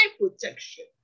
protection